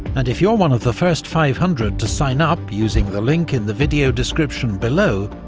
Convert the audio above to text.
and if you're one of the first five hundred to sign up using the link in the video description below,